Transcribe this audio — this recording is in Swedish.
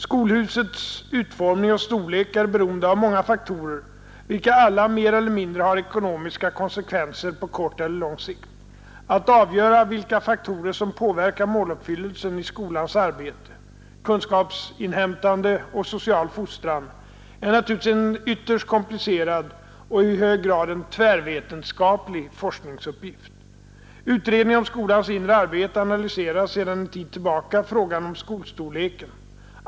Skolhusets utformning och storlek är beroende av många faktorer, vilka alla mer eller mindre har ekonomiska konsekvenser på kort eller lång sikt. Att avgöra vilka faktorer som påverkar måluppfyllelsen i skolans arbete — kunskapsinhämtande och social fostran — är naturligtvis en ytterst komplicerad och i hög grad en tvärvetenskaplig forskningsuppgift. Utredningen om skolans inre arbete analyserar sedan en tid tillbaka frågan om:skolstorleken.